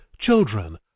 children